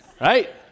Right